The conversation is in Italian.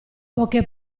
poche